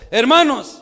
hermanos